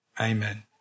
Amen